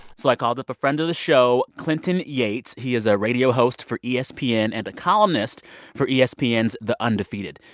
so i called up a friend of the show, clinton yates. he is a radio host for espn and and a columnist for espn's the undefeated.